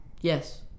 Yes